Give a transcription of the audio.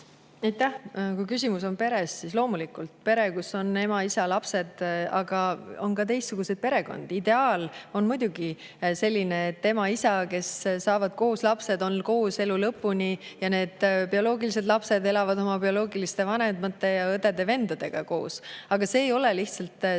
Kui küsimus on peres, siis loomulikult on peresid, kus on ema, isa ja lapsed, aga on ka teistsuguseid perekondi. Ideaal on muidugi selline, et ema ja isa, kes saavad koos lapsed, on koos elu lõpuni ja need bioloogilised lapsed elavad oma bioloogiliste vanemate ja õdede-vendadega koos. Aga see ei ole lihtsalt reaalsus.